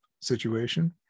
situation